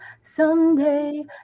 Someday